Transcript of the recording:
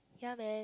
yea man